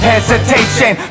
Hesitation